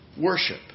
worship